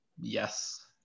Yes